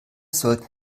sollten